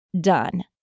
done